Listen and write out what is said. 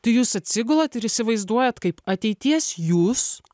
tai jūs atsigulat ir įsivaizduojat kaip ateities jūs